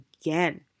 again